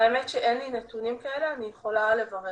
האמת שאין לי נתונים כאלה, אני יכולה לברר.